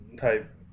type